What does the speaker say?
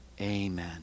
amen